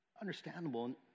understandable